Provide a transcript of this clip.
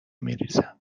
میریزم